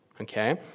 okay